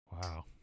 Wow